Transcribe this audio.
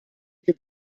could